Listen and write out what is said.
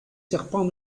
serpents